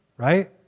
Right